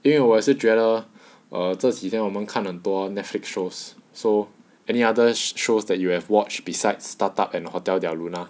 因为我是觉得而这几天我们看着很多 Netflix shows so any other shows that you have watched besides startup and hotel there luna